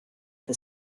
for